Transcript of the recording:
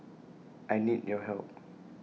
I need your help